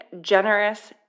generous